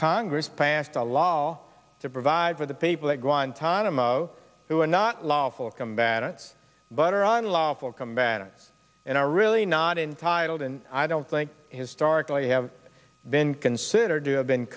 congress passed a law to provide for the people at guantanamo who are not lawful combatants but are on lawful combatants and are really not entitled and i don't think historically have been considered to have been